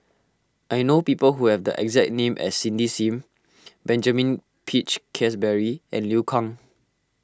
I know people who have the exact name as Cindy Sim Benjamin Peach Keasberry and Liu Kang